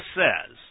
says